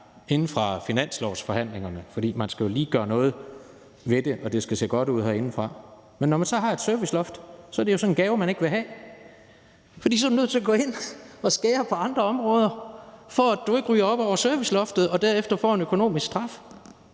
fra finanslovsforhandlingerne, fordi man jo lige skal gøre noget ved det, og det skal se godt ud herindefra. Men når man har et serviceloft, er det jo sådan en gave, man ikke vil have. For så er man nødt til at gå ind og skære på andre områder, for at man ikke ryger op over serviceloftet og derefter får en økonomisk straf.